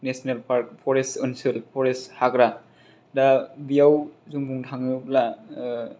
national park forest ओनसोल forest हाग्रा दा बेआव जों बुंनो थाङोब्ला